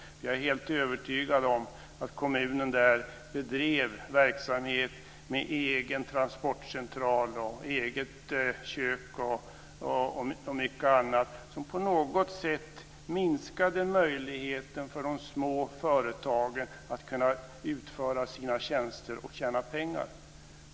Jag är helt övertygad om att kommunen bedrev verksamhet med egen transportcentral, eget kök och mycket annat som på något sätt minskade möjligheten för de små företagen att kunna utföra sina tjänster och tjäna pengar.